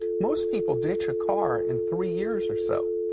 most people ditch a car in three years or so.